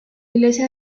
iglesia